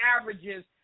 averages